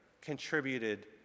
contributed